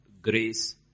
grace